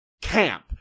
camp